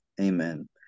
Amen